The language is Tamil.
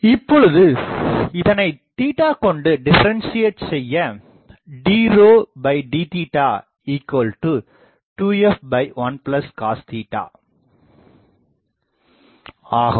இப்பொழுது இதனை கொண்டு டிஃப்ஃபேரென்ஸ்சீயட் செய்ய dd2f1 cos ஆகும்